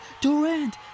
Durant